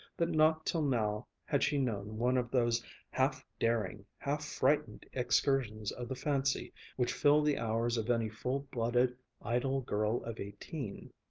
that not till now had she known one of those half-daring, half-frightened excursions of the fancy which fill the hours of any full-blooded idle girl of eighteen.